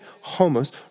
Homos